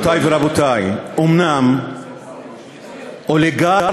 גבירותי ורבותי, אומנם אוליגרך